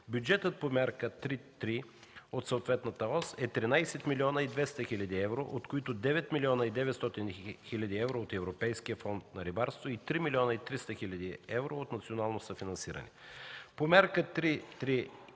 Бюджетът по Мярка 3.3 от съответната ос е 13 млн. 200 хил. евро, от които 9 млн. 900 хил. евро от Европейския фонд за рибарство и 3 млн. 300 хил. евро от национално съфинансиране. По Мярка 3.3